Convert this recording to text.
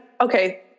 okay